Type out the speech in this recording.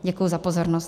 Děkuji za pozornost.